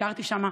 וביקרתי שם.